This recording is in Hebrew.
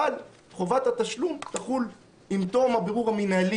אבל חובת התשלום תחול עם תום הבירור המנהלי